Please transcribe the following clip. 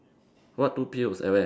what two pills at where